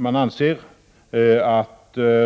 Man anser att